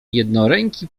jednoręki